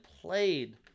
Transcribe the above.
played